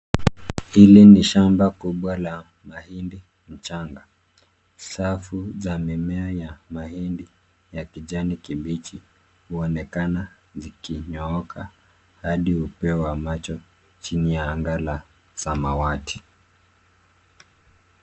Hili ni shamba kubwa la mahindi mchanga, safu za mimea ya mahindi ya kijani kibichi huonekana zikinyooka hadi hupewa macho chini ya anga la samawati.